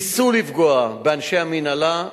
ניסו לפגוע באנשי המינהלה,